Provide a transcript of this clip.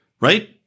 right